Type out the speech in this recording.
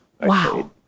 Wow